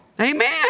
Amen